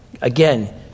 again